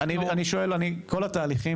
אני לא ארד לתהליכים